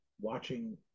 watching